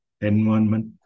environment